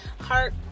heart